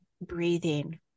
Breathing